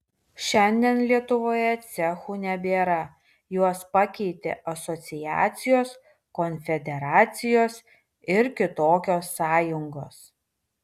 šiandien lietuvoje cechų nebėra juos pakeitė asociacijos konfederacijos ir kitokios sąjungos